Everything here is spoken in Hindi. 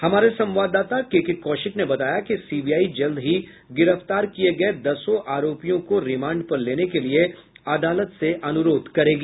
हमारे संवाददाता केके कौशिक ने बताया कि सीबीआई जल्द ही गिरफ्तार किये गये दसों अरोपियों को रिमांड पर लेने के लिए अदालत से अनुरोध करेगी